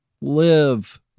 live